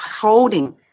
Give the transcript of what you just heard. holding